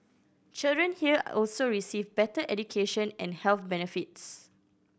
children here also receive better education and health benefits